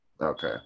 Okay